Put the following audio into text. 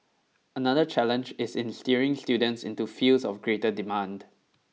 another challenge is in steering students into fields of greater demand